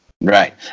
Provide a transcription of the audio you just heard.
right